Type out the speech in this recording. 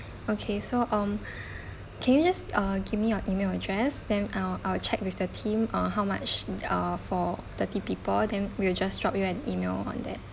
okay so um can you just uh give me your email address then I'll I'll check with the team uh how much uh for thirty people then we will just drop you an email on that